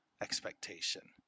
expectation